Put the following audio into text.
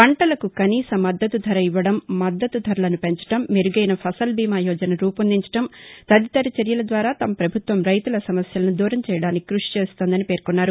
పంటలకు కనీస మద్దతు ధర ఇవ్వడం మద్దతు ధరలను పెంచటం మెరుగైన ఫసల్ బీమా యోజన రూపొందించటం తదితర చర్యల ద్వారా తమ పభుత్వం రైతుల సమస్యలను దూరం చేయడానికి కృషి చేస్తోందని పేర్కొన్నారు